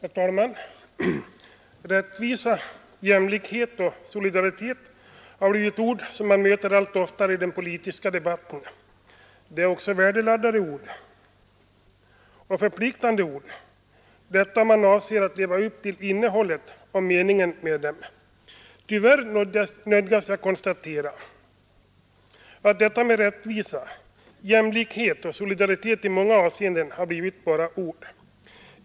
Herr talman! Rättvisa, jämlikhet och solidaritet har blivit ord som man möter allt oftare i den politiska debatten. Det är också värdeladdade och förpliktande ord, om man avser att leva upp till innehållet och meningen med dem. Tyvärr nödgas jag konstatera att detta med rättvisa, jämlikhet och solidaritet i många avseenden har blivit bara ord.